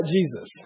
Jesus